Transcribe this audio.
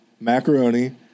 macaroni